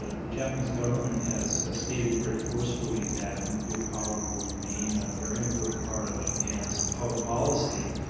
ah the japanese government has stated very forcefully that nuclear power will remain a very important part of japan's power policy.